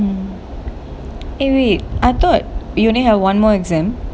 mm eh wait I thought you only have one more exam